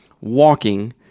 walking